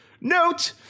Note